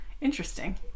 Interesting